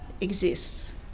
exists